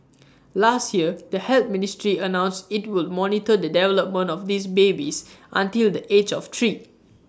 last year the health ministry announced IT would monitor the development of these babies until the age of three